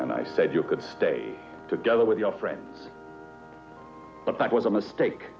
and i said you could stay together with your friends but that was a mistake